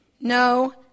No